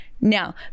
Now